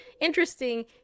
Interesting